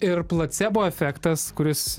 ir placebo efektas kuris